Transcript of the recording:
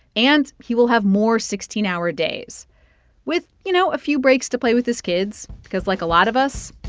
and he will have more sixteen hour days with, you know, a few breaks to play with his kids because like a lot of us,